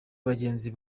bagenzi